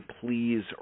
please